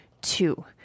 two